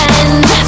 end